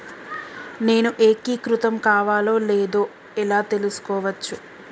నేను ఏకీకృతం కావాలో లేదో ఎలా తెలుసుకోవచ్చు?